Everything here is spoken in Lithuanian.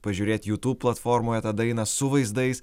pažiūrėt youtube platformoje tą dainą su vaizdais